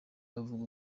bavuga